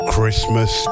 Christmas